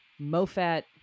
MoFat